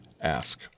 Ask